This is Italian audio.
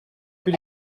più